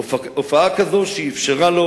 הופעה כזאת שאפשרה לו,